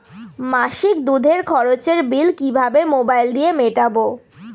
মাসিক দুধের খরচের বিল কিভাবে মোবাইল দিয়ে মেটাব?